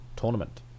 tournament